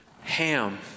Ham